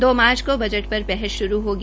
दो मार्च को बजट पर बहस शुरू होगी